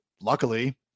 luckily